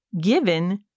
given